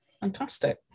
Fantastic